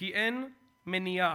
כי אין מניעה